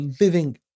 living